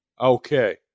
okay